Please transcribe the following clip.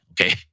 okay